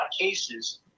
cases